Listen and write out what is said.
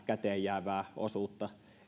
käteen jäävää osuutta